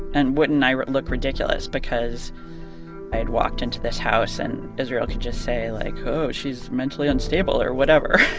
and wouldn't i look ridiculous because i had walked into this house, and israel could just say like, oh, she's mentally unstable or whatever,